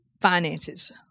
finances